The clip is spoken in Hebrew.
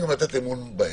התיקון שעשינו כאן בוועדה.